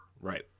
Right